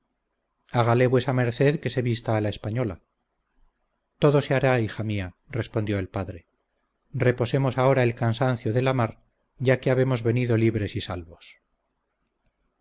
vuesa merced que se vista a la española todo se hará hija mía respondió el padre reposemos ahora el cansancio de la mar ya que habemos venido libres y salvos